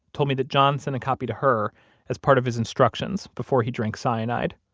told me that john sent a copy to her as part of his instructions before he drank cyanide.